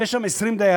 אם יש שם 20 דיירים,